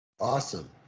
Awesome